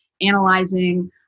analyzing